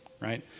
right